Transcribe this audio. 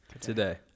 Today